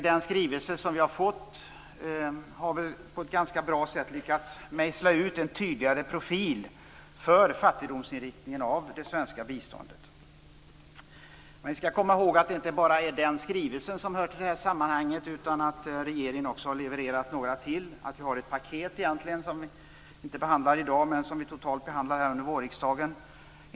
Den skrivelse som vi har fått har på ett ganska bra sätt lyckats att mejsla ut en tydligare profil för fattigdomsinriktningen när det gäller det svenska biståndet. Vi skall komma ihåg att det inte bara är denna skrivelse som hör till sammanhanget, utan regeringen har levererat några till. Vi har egentligen ett paket som vi inte behandlar i dag men som vi totalt skall behandla under vårriksdagen.